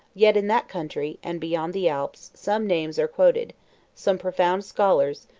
yet in that country, and beyond the alps, some names are quoted some profound scholars,